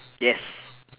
yes